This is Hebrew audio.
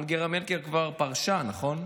אנגלה מרקל כבר פרשה, נכון?